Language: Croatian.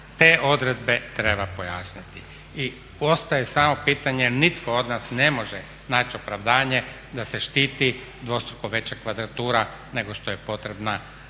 te odredbe treba pojasniti i ostaje samo pitanje, nitko od nas ne može naći opravdanje da se štiti dvostruko veća kvadratura nego što je potrebna